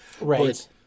Right